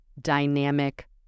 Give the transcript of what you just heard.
dynamic